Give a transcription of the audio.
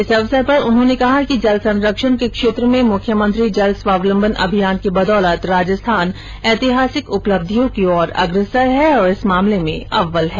इस अवसर पर उन्होंने कहा कि जल संरक्षण के क्षेत्र में मुख्यमंत्री जल स्वावलम्बन अभियान की बदौलत राजस्थान ऐतिहासिक उपलब्धियों की ओर अग्रसर है और इस मामले में अव्वल है